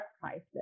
priceless